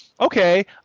okay